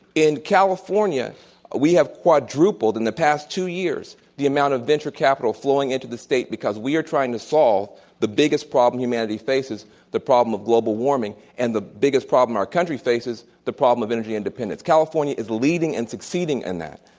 we have quadrupled in the past two years the amount of venture capital flowing into the state, because we are trying to solve the biggest problem humanity faces the problem of global warming, and the biggest problem our country faces the problem of energy independence. california is leading and succeeding in that.